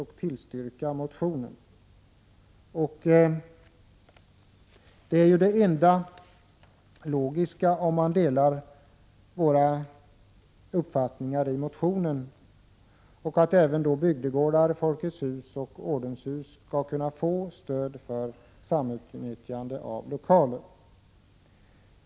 Detta är ju det enda logiska om man delar motionärernas uppfattning att även bygdegårdar, Folkets hus-lokaler och ordenshus skall kunna få stöd för samutnyttjande av lokaler.